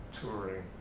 touring